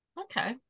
Okay